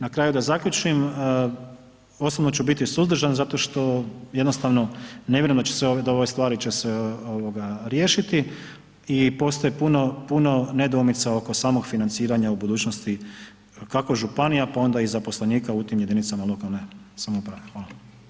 Na kraju da zaključim osobno ću biti suzdržan zato što ne jednostavno ne vjerujem da ove stvari će se riješiti i postaje puno nedoumica oko samog financiranja u budućnosti kako županija pa onda i zaposlenika u tim jedinicama lokalne samouprave.